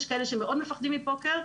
יש כאלה שמאוד מפחדים מפוקר,